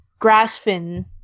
grassfin